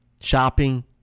shopping